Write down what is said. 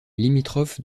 limitrophe